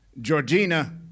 Georgina